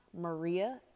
maria